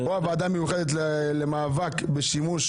כמו הוועדה המיוחדת למאבק בשימוש